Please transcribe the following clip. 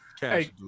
Hey